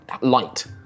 light